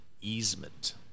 easement